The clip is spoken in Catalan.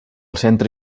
centre